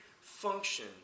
function